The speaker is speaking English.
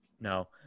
No